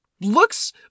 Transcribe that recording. looks